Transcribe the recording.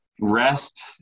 rest